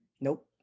Nope